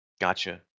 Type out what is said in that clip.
Gotcha